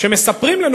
שמספרים לנו,